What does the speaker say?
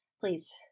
Please